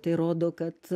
tai rodo kad